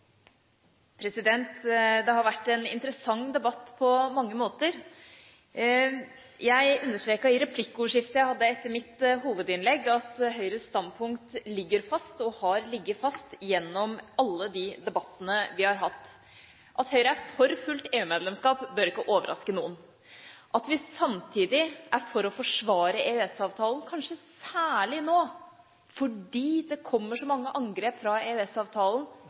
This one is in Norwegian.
Det har vært en interessant debatt på mange måter. Jeg understreket i replikkordskiftet etter mitt hovedinnlegg at Høyres standpunkt ligger fast og har ligget fast gjennom alle de debattene vi har hatt. At Høyre er for fullt EU-medlemskap, bør ikke overraske noen, heller ikke at vi samtidig er for å forsvare EØS-avtalen, kanskje særlig nå fordi det kommer så mange angrep på EØS-avtalen, bl.a. fra